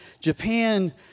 Japan